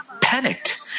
panicked